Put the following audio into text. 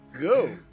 go